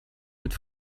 mit